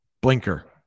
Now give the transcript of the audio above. Blinker